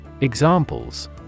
Examples